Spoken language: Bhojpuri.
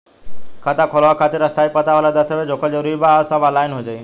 खाता खोलवावे खातिर स्थायी पता वाला दस्तावेज़ होखल जरूरी बा आ सब ऑनलाइन हो जाई?